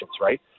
right